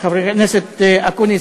חבר הכנסת אקוניס,